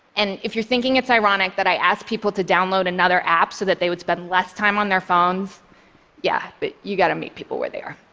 and if you're thinking it's ironic that i asked people to download another app so that they would spend less time on their phones yeah, but you gotta meet people where they are.